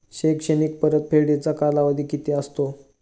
शैक्षणिक परतफेडीचा कालावधी किती असतो?